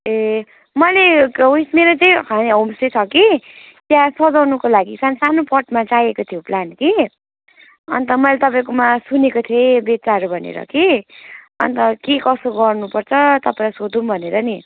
ए मैले उयो मेरो चाहिँ खालि होम स्टे छ कि त्यहाँ सजाउनुको लागि सान्सानो पटमा चाहिँ चाहिएको थियो प्लान्ट कि अन्त मैले तपाईँकोमा सुनेको थिएँ बेच्नेहरू भनेर कि अन्त के कसो गर्नु पर्छ तपाईँलाई सोधौँ भनेर नि